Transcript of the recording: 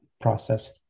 process